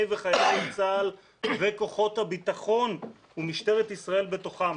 וחיילי צה"ל וכוחות הביטחון ומשטרת ישראל בתוכם